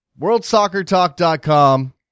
worldsoccertalk.com